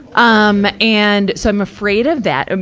um and, so i'm afraid of that.